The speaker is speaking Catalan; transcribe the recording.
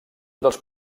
dels